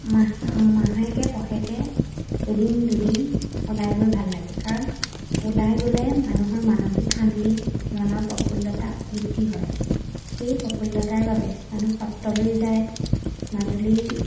মাহ মাহেকে পষেকে এদিন দুদিন ওলাই গৈ ভাল লাগে কাৰণ ওলাই গ'লে মানুহৰ মানসিক শান্তি মনৰ প্ৰফুল্লতা বৃদ্ধি হয় সেই প্ৰফুল্লতাৰ বাবে মানুহ সত্ৰলৈ যায় মাজুলীৰ